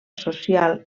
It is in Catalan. social